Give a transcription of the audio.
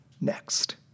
next